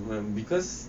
when because